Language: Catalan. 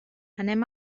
anem